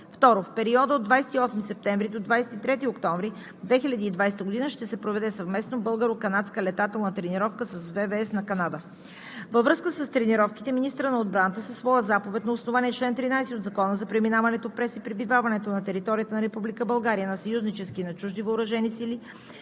В периода от 28 септември до 23 октомври 2020 г. ще се проведе съвместна българо-канадска летателна тренировка с ВВС на Канада. Във връзка с тренировките министърът на отбраната със своя заповед на основание чл. 13 от Закона за преминаването през и пребиваването на територията на Република България на съюзнически и на чужди въоръжени сили